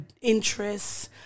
interests